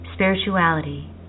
spirituality